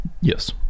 Yes